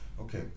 Okay